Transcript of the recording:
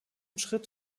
schritt